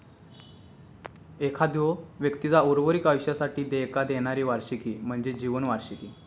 एखाद्यो व्यक्तीचा उर्वरित आयुष्यासाठी देयका देणारी वार्षिकी म्हणजे जीवन वार्षिकी